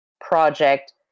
Project